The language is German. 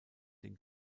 den